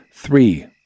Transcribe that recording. Three